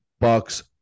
Bucks